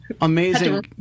Amazing